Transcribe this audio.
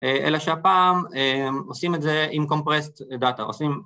אלא שהפעם עושים את זה עם compressed data, עושים...